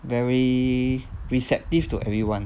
very receptive to everyone